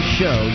show